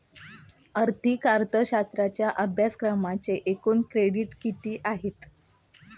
आर्थिक अर्थशास्त्राच्या अभ्यासक्रमाचे एकूण क्रेडिट किती आहेत?